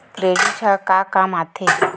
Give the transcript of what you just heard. Credit ह का काम आथे?